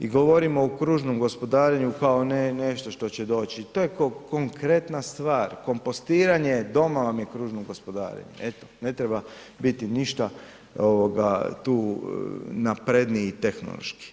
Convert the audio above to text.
i govorimo o kružnom gospodarenju kao ne, nešto što će doći, to je konkretna stvar, kompostiranje je, doma vam je kružno gospodarenje, eto ne treba biti ništa ovoga tu napredniji tehnološki.